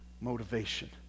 motivation